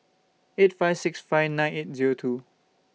eight five six five nine eight Zero two